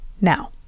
Now